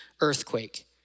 earthquake